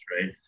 right